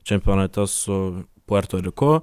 čempionate su puerto riku